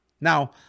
Now